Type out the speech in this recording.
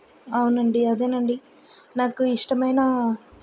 అవునండి అదేనండి నాకు ఇష్టమైన